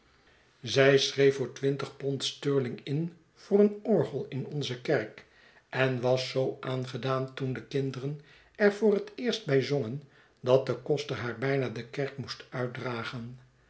zij schreef voor twintig pond sterling in voor een orgei in onze kerk en was zoo aangedaan toen de kinderen er voor het eerst bij zongen dat de koster haar bijna de kerk moest uitdragen